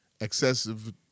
excessive